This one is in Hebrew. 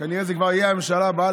וזה כנראה כבר יהיה בממשלה הבאה,